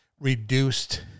reduced